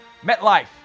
MetLife